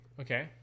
Okay